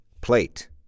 plate